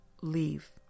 leave